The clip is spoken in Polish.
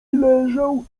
leżał